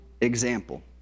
example